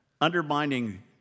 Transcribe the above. Undermining